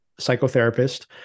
psychotherapist